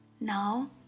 Now